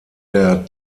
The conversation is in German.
der